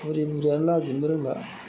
बुरि बुरिआनो लाजिनोबो रोंला